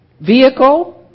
vehicle